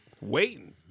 waiting